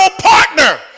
partner